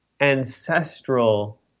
ancestral